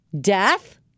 Death